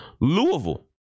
Louisville